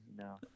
no